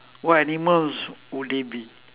what animals would they be